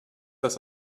das